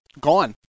gone